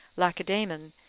lacedaemon,